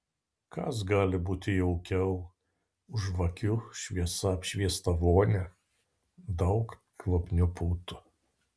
kas gali būti jaukiau už žvakių šviesa apšviestą vonią daug kvapnių putų